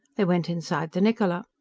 they went inside the niccola.